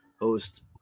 host